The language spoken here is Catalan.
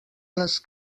les